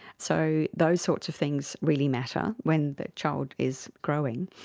so those sorts of things really matter when the child is growing.